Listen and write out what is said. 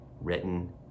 written